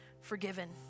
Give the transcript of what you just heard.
forgiven